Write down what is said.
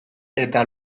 eta